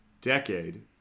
decade